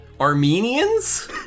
Armenians